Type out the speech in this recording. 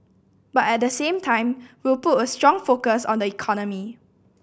but at the same time we'll put a strong focus on the economy